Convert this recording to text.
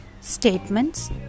statements